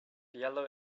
yellow